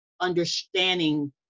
understanding